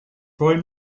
prime